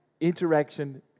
Interaction